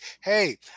hey